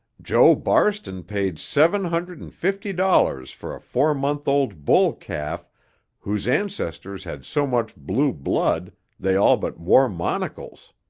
joe barston paid seven hundred and fifty dollars for a four-month-old bull calf whose ancestors had so much blue blood they all but wore monocles.